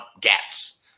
gaps